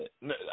No